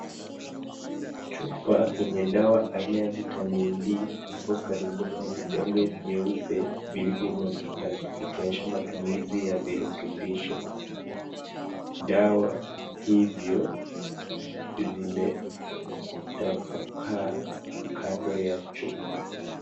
Chupa yenye dawa aina vitamin D iko karibu na vidonge vyeupa vilivyomwagika ikionyesha matumizi ya virutubisho. Dawa hivyo zimetapaka kando ya chupa.